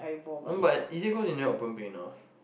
no but is it cause you never open big enough